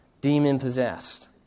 demon-possessed